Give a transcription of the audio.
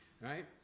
right